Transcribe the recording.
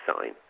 sign